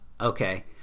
okay